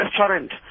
restaurant